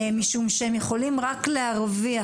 משום שהם יכולים רק להרוויח,